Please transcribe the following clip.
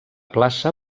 plaça